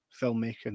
filmmaking